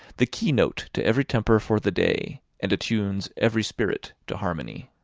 the key-note to every temper for the day, and attunes every spirit to harmony.